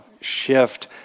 shift